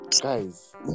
Guys